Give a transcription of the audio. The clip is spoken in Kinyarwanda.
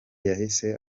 yahise